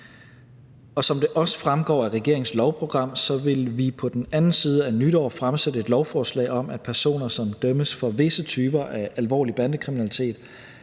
Som det også fremgår af regeringens lovprogram, vil vi på den anden side af nytår fremsætte et lovforslag om, at personer, som dømmes for visse typer af alvorlig bandekriminalitet,